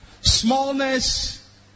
Smallness